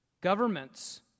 governments